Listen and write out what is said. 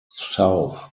south